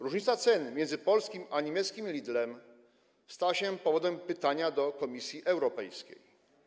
Różnica ceny między polskim a niemieckim Lidlem stała się powodem wystosowania pytania do Komisji Europejskiej.